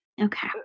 okay